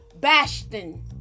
bastion